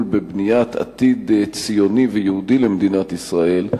בבניית עתיד ציוני ויהודי למדינת ישראל,